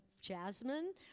Jasmine